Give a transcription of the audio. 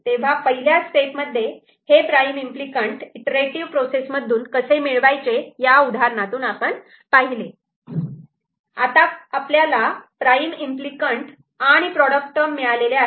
तेव्हा पहिल्या स्टेपमध्ये हे prime implicant iterative process मधून कसे मिळवायचे या उदाहरणातून आपण पाहिले आता आपल्याला प्राईम इम्पली कँट आणि प्रॉडक्ट टर्म मिळालेल्या आहेत